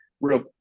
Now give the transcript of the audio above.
real